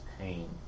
pain